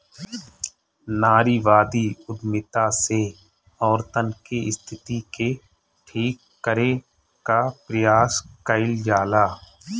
नारीवादी उद्यमिता से औरतन के स्थिति के ठीक करे कअ प्रयास कईल जाला